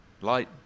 light